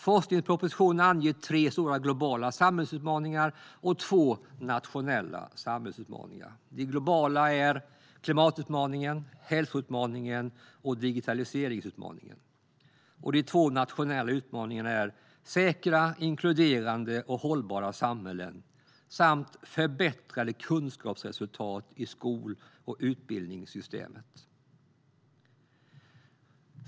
Forskningspropositionen anger tre stora globala samhällsutmaningar och två nationella samhällsutmaningar. De globala utmaningarna är klimatutmaningen, hälsoutmaningen och digitaliseringsutmaningen. De två nationella utmaningarna är säkra, inkluderande och hållbara samhällen samt förbättrade kunskapsresultat i skol och utbildningssystemet.